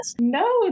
No